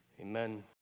Amen